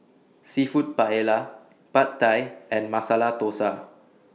Seafood Paella Pad Thai and Masala Dosa